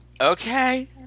okay